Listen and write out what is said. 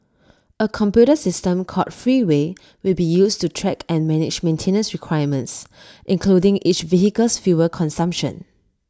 A computer system called Freeway will be used to track and manage maintenance requirements including each vehicle's fuel consumption